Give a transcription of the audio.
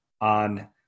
on